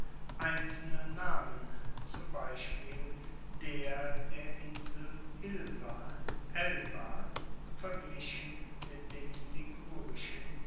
einzelne namen zum beispiel der der insel ilva elba verglichen mit den ligurischen